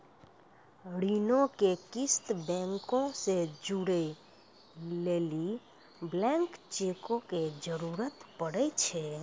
ऋणो के किस्त बैंको से जोड़ै लेली ब्लैंक चेको के जरूरत पड़ै छै